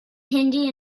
hindi